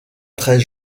très